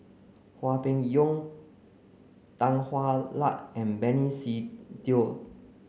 Hwang Peng Yuan Tan Hwa Luck and Benny Se Teo